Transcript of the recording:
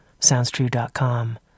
SoundsTrue.com